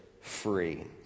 free